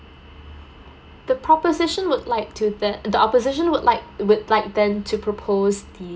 the proposition would like to that the opposition would like with like then to propose